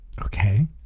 Okay